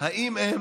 אם הם